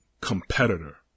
competitor